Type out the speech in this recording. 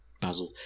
Basil